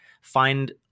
find